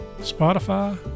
Spotify